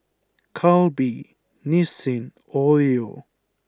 Calbee Nissin Oreo